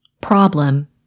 Problem